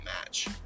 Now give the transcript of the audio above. match